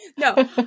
No